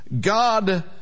God